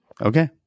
Okay